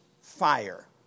fire